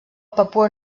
papua